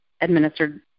administered